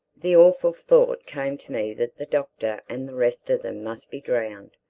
the awful thought came to me that the doctor and the rest of them must be drowned,